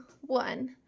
one